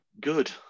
good